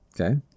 Okay